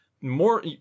more